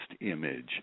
image